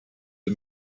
the